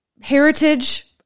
heritage